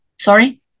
Sorry